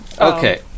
Okay